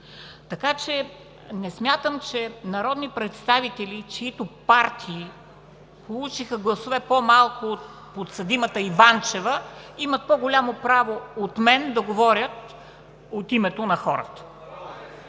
Така че не смятам, че народни представители, чиито партии получиха гласове по-малко от подсъдимата Иванчева (шум и реплики), имат по-голямо право от мен да говорят от името на хората.